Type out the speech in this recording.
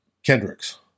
Kendricks